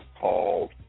called